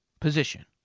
position